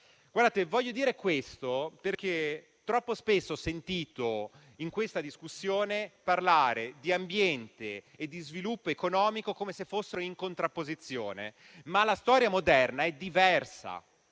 Voglio ribadirlo perché troppo spesso ho sentito in questa discussione parlare di ambiente e di sviluppo economico come se fossero in contrapposizione. Ma la storia moderna è diversa: